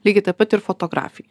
lygiai taip pat ir fotografija